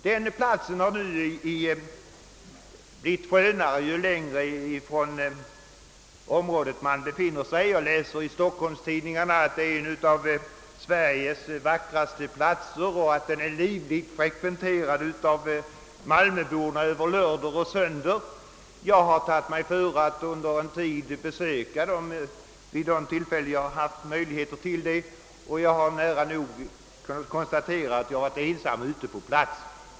Denna plats beskrivs som skönare ju längre från området man befinner sig. Jag läser i stockholmstidningarna att det är en av Sveriges vackraste platser och att den är livligt frekventerad av malmöborna över lördagar och söndagar. Jag har tagit mig före att under en tid besöka platsen vid de tillfällen då jag har haft möjlighet därtill. Jag har konstaterat att jag nära nog varit ensam där.